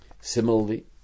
Similarly